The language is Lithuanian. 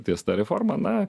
ties ta reforma na